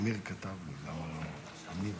אדוני היושב-ראש, כנסת נכבדה, מכובדי